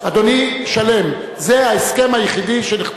אדוני שלם, זה ההסכם היחידי שנחתם?